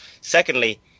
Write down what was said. Secondly